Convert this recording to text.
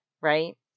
right